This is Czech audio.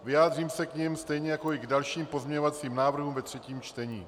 Vyjádřím se k nim stejně jako i k dalším pozměňovacím návrhům ve třetím čtení.